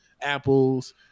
apples